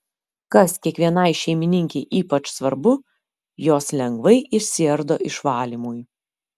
kas kiekvienai šeimininkei ypač svarbu jos lengvai išsiardo išvalymui